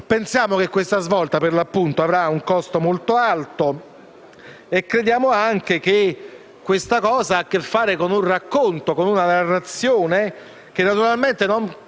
Pensiamo che questa svolta, per l'appunto, avrà un costo molto alto e crediamo anche che abbia a che fare con un racconto, con una narrazione che naturalmente non